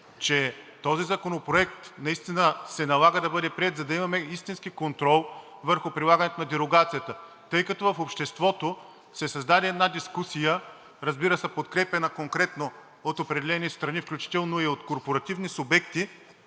че този законопроект наистина се налага да бъде приет, за да имаме истински контрол върху прилагането на дерогацията, тъй като в обществото се създаде една дискусия, разбира се, подкрепяна конкретно от определени страни, включително и от корпоративни субекти,